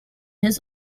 his